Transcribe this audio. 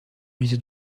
musées